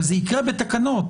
אבל זה יקרה בתקנות.